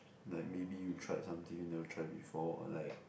like maybe you try something you never try before like